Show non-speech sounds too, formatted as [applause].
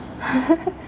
[laughs]